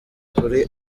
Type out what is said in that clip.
kuri